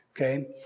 Okay